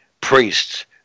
priests